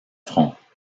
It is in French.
fronts